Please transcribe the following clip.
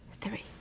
three